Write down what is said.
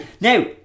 Now